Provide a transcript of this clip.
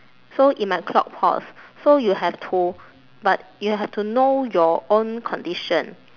so it might clog pores so you have to but you have to know your own condition